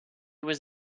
was